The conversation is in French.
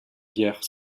guerre